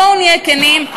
בואו נהיה כנים,